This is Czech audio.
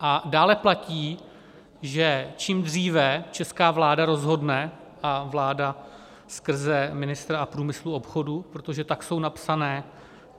A dále platí, že čím dříve česká vláda rozhodne a vláda skrze ministra průmyslu a obchodu, protože tak jsou napsané